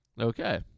Okay